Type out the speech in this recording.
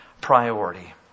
priority